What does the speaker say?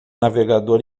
navegador